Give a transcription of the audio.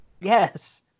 Yes